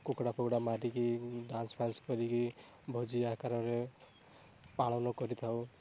କୁକୁଡ଼ା ଫୁକୁଡ଼ା ମାରିକି ଡ୍ୟାନ୍ସ ଫ୍ୟାନ୍ସ କରିକି ଭୋଜି ଆକାରରେ ପାଳନ କରିଥାଉ